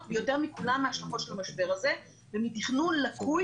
יותר מכולם מההשלכות של המשבר הזה ומתכנון לקוי